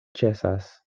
ĉesas